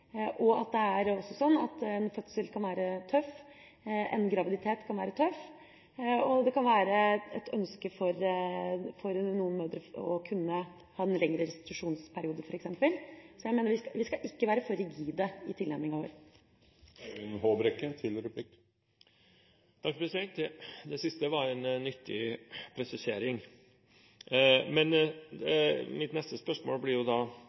at det er forskjeller. Det er også sånn at en fødsel og en graviditet kan være tøff, og det kan være et ønske for noen mødre å kunne ha en lengre restitusjonsperiode f.eks. Jeg mener vi ikke skal være for rigide i tilnærminga vår. Det siste var en nyttig presisering. Men mitt neste spørsmål blir da